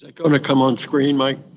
ah going to come on screen, mike?